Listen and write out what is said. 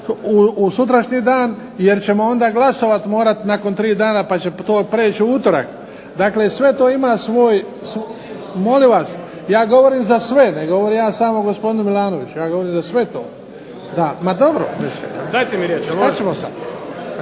u sutrašnji dan, jer ćemo onda glasovati morati nakon tri dana pa će to preći u utorak. Dakle, sve to ima svoj. Molim vas, ja govorim za sve, ne govorim samo gospodinu Milanoviću. Ja govorim za sve to. ... /Upadica se ne razumije./ ...